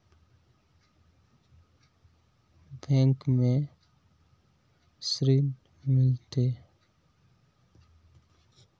Bank में ऋण मिलते?